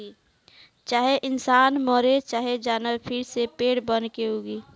चाहे इंसान मरे चाहे जानवर फिर से पेड़ बनके उगी